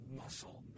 muscle